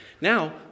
Now